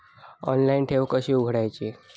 Online ठेव कशी उघडायची?